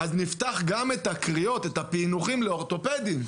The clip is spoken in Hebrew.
אז נפתח גם את הקריאות, את הפענוחים, לאורתופדים.